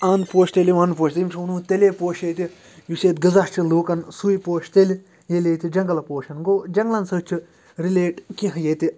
اَن پوشہِ تیٚلہِ ییٚلہِ وَن پوشہِ تٔمۍ چھِ ووٚنمُت تیٚلے پوش ییٚتہِ یُس ییٚتہِ غذا چھِ لُکَن سُے پوش تیٚلہِ ییٚلہِ ییتہِ جنٛگل پوشَن گوٚو جنٛگلَن سۭتۍ چھِ رِلیٹ کیٚنٛہہ ییٚتہِ